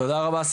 תודה רבה.